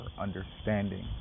understanding